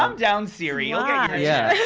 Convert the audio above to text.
um down siri, ah yeah